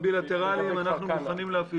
איך בונים עיר בלי?